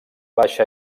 baixa